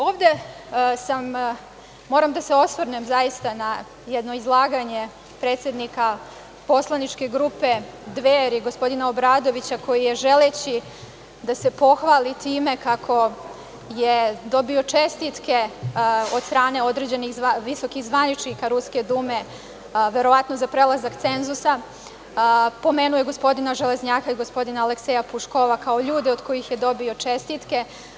Ovde sam, moram da se osvrnem zaista na jedno izlaganje predsednika poslaničke grupe Dveri, gospodina Obradovića, koji je želeći da se pohvali time kako je dobio čestitke od strane visokih zvaničnika Ruske Dume, verovatno za prelazak cenzusa, pomenuo je gospodina Železnjaka i gospodina Alekseja Puškova kao ljude od kojih je dobio čestitke.